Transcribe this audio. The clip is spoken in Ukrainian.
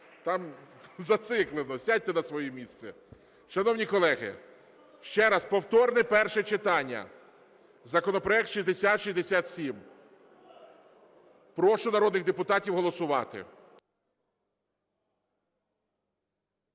Там зациклило, сядьте на своє місце. Шановні колеги, ще раз, повторне перше читання законопроект 6067. Прошу народних депутатів голосувати.